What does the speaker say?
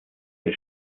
der